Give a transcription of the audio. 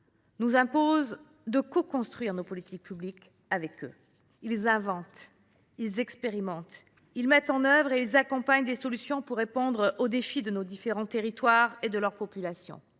nous impose de coconstruire nos politiques publiques avec elles. Les associations inventent, expérimentent, mettent en œuvre et accompagnent des solutions pour répondre aux défis de nos différents territoires et de leurs populations.